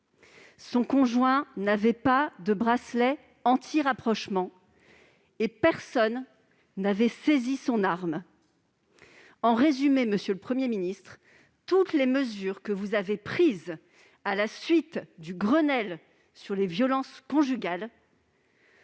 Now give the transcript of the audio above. son conjoint n'avait pas de bracelet anti-rapprochement et personne n'avait saisi son arme. En résumé, monsieur le Premier ministre, aucune des mesures que vous avez prises à la suite du Grenelle des violences conjugales